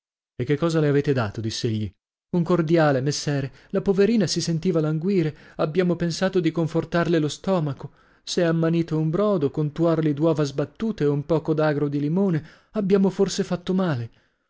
e che cosa le avete dato diss'egli un cordiale messere la poverina si sentiva languire e abbiamo pensato di confortarle lo stomaco s'è ammannito un brodo con tuorli d'uova sbattute e un poco d'agro di limone abbiamo forse fatto male